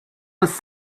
was